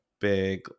big